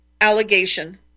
allegation